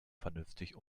vernünftig